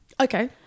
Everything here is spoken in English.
Okay